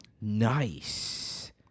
Nice